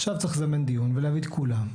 עכשיו צריך לזמן דיון ולהביא את כולם.